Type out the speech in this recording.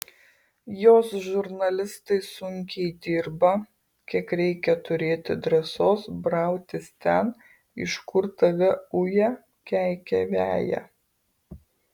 jos žurnalistai sunkiai dirba kiek reikia turėti drąsos brautis ten iš kur tave uja keikia veja